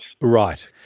Right